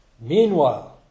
Meanwhile